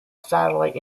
satellite